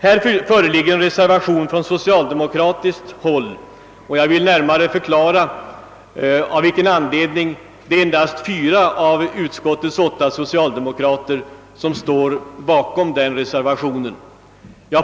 Här har avgivits en socialdemokratisk reservation och jag vill närmare förklara anledningen till att endast fyra av utskottets åtta socialdemokrater står bakom den.